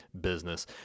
business